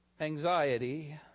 anxiety